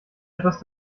etwas